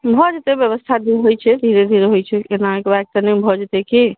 भए जेतए व्यवस्था जे होइ छै धीरे धीरे होइ छै एना एकबैग तऽ नहि भए जेतए की